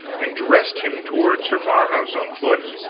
and dressed him toward sir marhaus on foot,